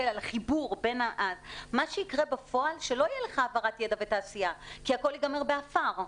מה שיקרה בפועל זה שלא יהיה לך העברת ידע ותעשייה כי הכול ייגמר בעפר.